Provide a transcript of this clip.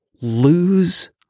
Lose